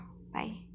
bye